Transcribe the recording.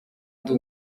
ndi